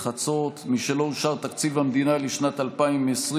בחצות, משלא אושר תקציב המדינה לשנת 2020,